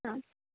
ആഹ്